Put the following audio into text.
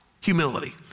humility